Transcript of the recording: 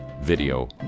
video